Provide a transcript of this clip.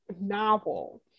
novel